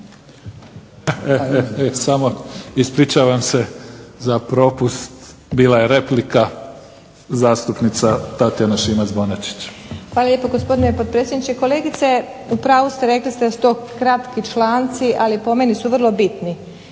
Samo, ispričavam se za propust, bila je replika zastupnica Tatjana Šimac-Bonačić. **Šimac Bonačić, Tatjana (SDP)** Hvala lijepa gospodine potpredsjedniče. Kolegice u pravu ste, rekli ste što kratki članci, ali po meni su vrlo bitni.